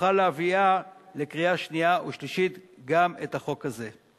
נוכל להביא לקריאה שנייה ושלישית גם את החוק הזה.